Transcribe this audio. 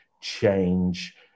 change